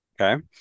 okay